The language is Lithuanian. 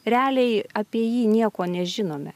realiai apie jį nieko nežinome